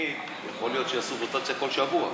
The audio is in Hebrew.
תמיד יכול להיות שיעשו רוטציה כל שבוע,